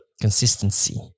Consistency